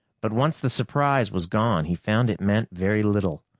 but once the surprise was gone, he found it meant very little.